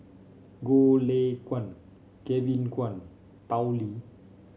Goh Lay Kuan Kevin Kwan Tao Li